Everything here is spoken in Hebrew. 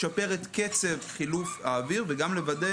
לשפר את קצב חילוף האוויר וגם לוודא